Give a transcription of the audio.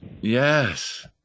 Yes